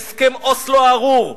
מהסכם אוסלו הארור.